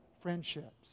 friendships